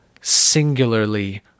singularly